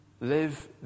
Live